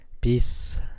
Peace